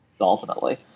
ultimately